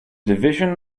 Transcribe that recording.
division